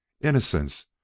Innocence